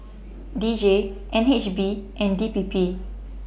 D J N H B and D P P